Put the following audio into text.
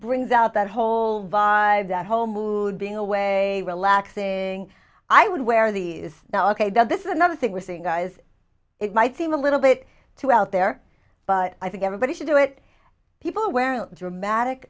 brings out that whole vibe that whole mood being away relaxing i would wear these now ok that this is another thing we're seeing guys it might seem a little bit too out there but i think everybody should do it people wear a dramatic